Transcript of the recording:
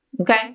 Okay